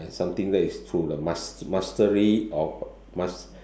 uh something that is true the mast~ mastery of mast~